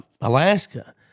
Alaska